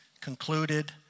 concluded